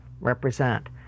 represent